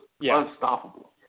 unstoppable